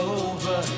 over